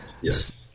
Yes